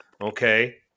Okay